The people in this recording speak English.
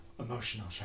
Emotional